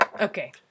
Okay